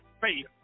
faith